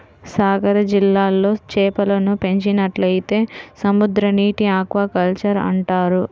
సాగర జలాల్లో చేపలను పెంచినట్లయితే సముద్రనీటి ఆక్వాకల్చర్ అంటారు